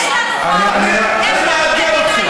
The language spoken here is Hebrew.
אין בעיה.